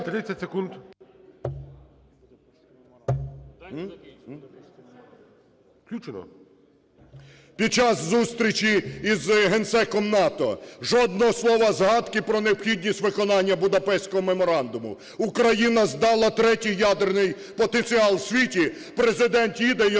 Під час зустрічі із Генсеком НАТО жодного слова згадки про необхідність виконання Будапештського меморандуму. Україна здала третій ядерний потенціал у світі – Президент їде і